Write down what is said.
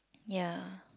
ya